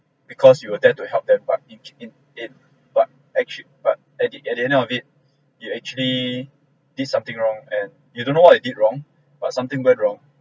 because you were there to help them but it it it but actually but at the at the end of it you actually did something wrong and you don't know what you did wrong but something went wrong